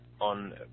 on